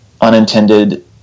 unintended